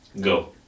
Go